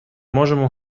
можемо